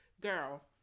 Girl